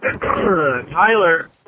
Tyler